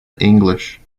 english